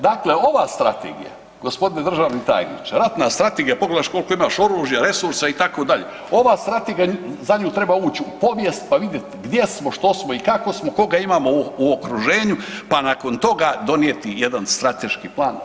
Dakle ova strategija, g. državni tajniče, ratna strategija ... koliko imaš oružja, resursa itd., ova strategija, za nju treba uć u povijest pa vidjet gdje smo, što smo i kako smo, koga imamo u okruženju pa nakon tog donijeti jedan strateški plan.